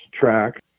track